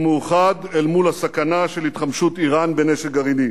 הוא מאוחד אל מול הסכנה של התחמשות אירן בנשק גרעיני.